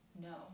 no